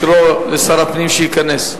לקרוא לשר הפנים שייכנס.